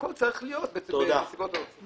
הכול צריך להיות בנסיבות סבירות.